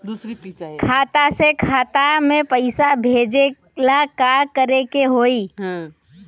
खाता से खाता मे पैसा भेजे ला का करे के होई?